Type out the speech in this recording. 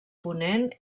ponent